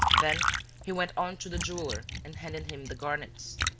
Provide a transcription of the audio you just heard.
then he went on to the jeweler and handed him the garnets